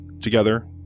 Together